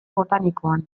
botanikoan